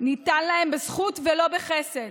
ניתן להם בזכות ולא בחסד.